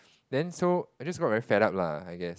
then so I just got very fed up lah I guess